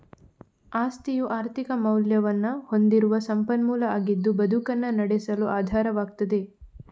ಆಸ್ತಿಯು ಆರ್ಥಿಕ ಮೌಲ್ಯವನ್ನ ಹೊಂದಿರುವ ಸಂಪನ್ಮೂಲ ಆಗಿದ್ದು ಬದುಕನ್ನ ನಡೆಸಲು ಆಧಾರವಾಗ್ತದೆ